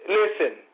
listen